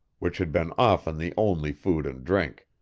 which had been often the only food and drink,